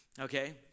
okay